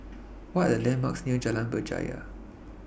What Are The landmarks near Jalan Berjaya